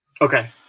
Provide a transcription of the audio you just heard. Okay